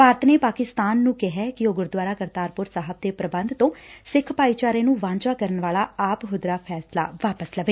ਭਾਰਤ ਨੇ ਪਾਕਿਸਤਾਨ ਨੂੰ ਕਿਹੈ ਕਿ ਉਹ ਗੁਰਦੂਆਰਾ ਕਰਤਾਰਪੁਰ ਸਾਹਿਬ ਦੇ ਪ੍ਰਬੰਧ ਤੋਂ ਸਿੱਖ ਭਾਈਚਾਰੇ ਨੁੰ ਵਾਝਾਂ ਕਰਨ ਵਾਲਾ ਆਪ ਹੁਦਰਾ ਫੈਸਲਾ ਵਾਪਸ ਲਵੇ